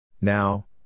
Now